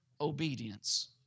obedience